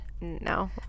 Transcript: No